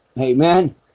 Amen